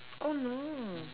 oh no